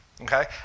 okay